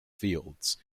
fields